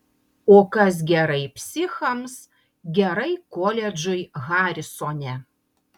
o kas gerai psichams gerai koledžui harisone